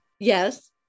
yes